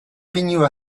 pinu